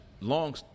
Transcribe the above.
long